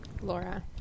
Laura